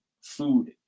food